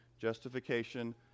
justification